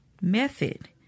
method